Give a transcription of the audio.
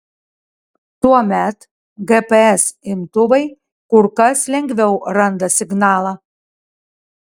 tuomet gps imtuvai kur kas lengviau randa signalą